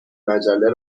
مجله